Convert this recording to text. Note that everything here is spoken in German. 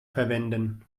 verwenden